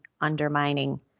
undermining